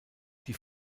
die